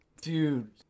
Dude